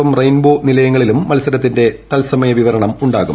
M Rainbow നിലയങ്ങളിലും മത്സരത്തിന്റെ തത്സമയ വിവരണം ഉണ്ടാവും